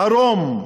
עירום.